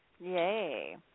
Yay